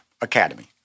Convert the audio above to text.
Academy